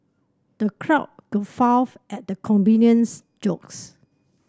the crowd guffawed at the comedian's jokes